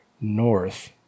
north